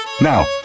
Now